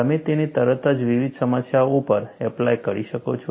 તમે તેને તરત જ વિવિધ સમસ્યાઓ ઉપર એપ્લાય કરી શકો છો